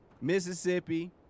Mississippi